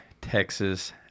Texas